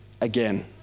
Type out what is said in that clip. again